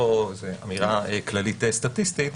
לא אמירה כללית סטטיסטית,